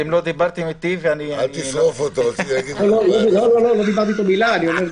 אתם לא דיברתם אתי ואני --- לא דיברנו מילה.